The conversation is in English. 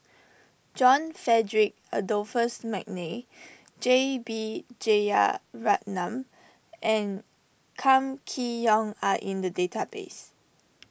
John Frederick Adolphus McNair J B Jeyaretnam and Kam Kee Yong are in the database